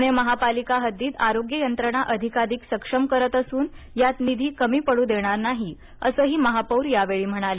पुणे महापालिका हद्दीत आरोग्य यंत्रणा अधिकाधिक सक्षम करत असून यात निधी कमी पडू देणार नाही असंही महापौर यावेळी म्हणाले